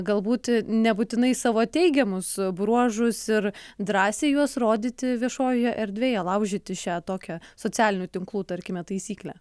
galbūt nebūtinai savo teigiamus bruožus ir drąsiai juos rodyti viešojoje erdvėje laužyti šią tokią socialinių tinklų tarkime taisyklę